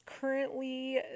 currently